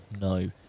No